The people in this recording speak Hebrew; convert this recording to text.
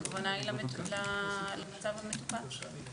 הכוונה היא למצב המטופל.